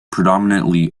predominately